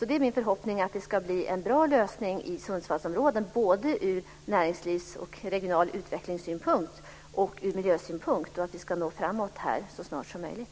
Det är min förhoppning att det ska bli en bra lösning i Sundsvallsområdet med tanke på såväl näringslivet som den regionala utvecklingen och miljön och att vi ska komma framåt så snart som möjligt.